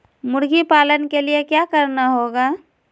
मुर्गी पालन के लिए क्या करना होगा?